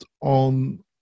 on